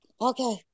okay